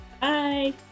Bye